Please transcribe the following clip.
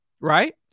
Right